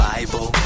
Bible